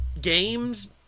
Games